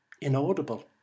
inaudible